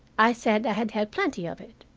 i said i had had plenty of it.